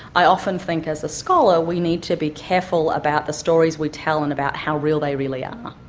i often think as a scholar we need to be careful about the stories we tell and about how real they really are,